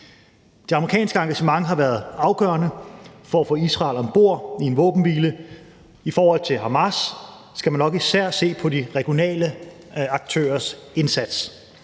Det amerikanske engagement har været afgørende for at få Israel om bord i en våbenhvile. I forhold til Hamas skal man nok især se på de regionale aktørers indsats.